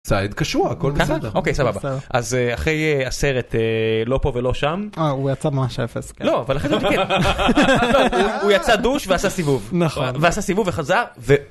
סעד קשור הכל בסדר, אוקיי סבבה, אז אחרי הסרט לא פה ולא שם, אה הוא יצא ממש אפס, לא אבל אחרי זה הוא תיקן, הוא יצא דוש ועשה סיבוב, נכון, ועשה סיבוב וחזר.